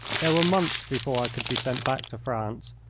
there were months before i could be sent back to france,